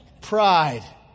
pride